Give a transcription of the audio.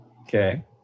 okay